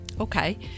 Okay